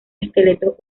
esqueletos